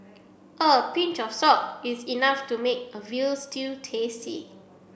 a pinch of salt is enough to make a veal stew tasty